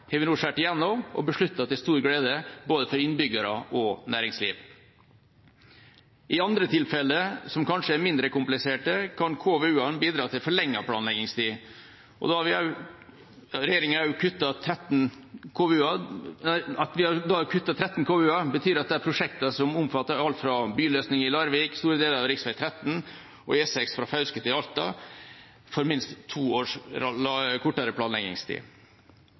igjennom og besluttet – til stor glede for både innbyggere og næringsliv. I andre tilfeller, som kanskje er mindre kompliserte, kan KVU-ene bidra til forlenget planleggingstid. At vi har kuttet 13 KVU-er, betyr at de prosjektene, som omfatter alt fra byløsning i Larvik til store deler av rv.13 og E6 fra Fauske til Alta, får minst to års kortere planleggingstid.